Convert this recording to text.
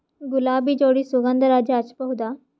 ಗುಲಾಬಿ ಜೋಡಿ ಸುಗಂಧರಾಜ ಹಚ್ಬಬಹುದ?